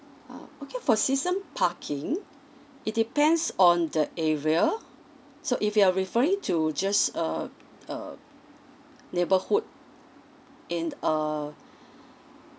err okay for season parking it depends on the area so if you are referring to just err uh neighbourhood in err